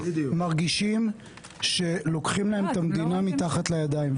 -- מרגיש שלוקחים לו את המדינה מתחת לידיים.